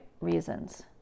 reasons